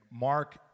Mark